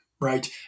right